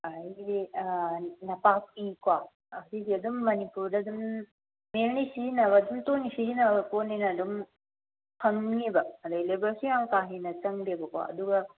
ꯑꯗꯒꯤꯗꯤ ꯅꯄꯥꯛꯄꯤ ꯀꯣ ꯑꯁꯤꯁꯦ ꯑꯗꯨꯝ ꯃꯅꯤꯄꯨꯔꯗ ꯑꯗꯨꯝ ꯃꯦꯟꯂꯤ ꯁꯤꯖꯤꯟꯅꯕ ꯑꯗꯨꯝ ꯇꯣꯏꯅ ꯁꯤꯖꯤꯟꯅꯕ ꯄꯣꯠꯅꯤꯅ ꯑꯗꯨꯝ ꯐꯪꯅꯤꯕ ꯑꯗꯩ ꯂꯦꯚꯔꯁꯨ ꯌꯥꯝ ꯀꯥꯍꯦꯟꯅ ꯆꯪꯗꯦꯕꯀꯣ ꯑꯗꯨꯒ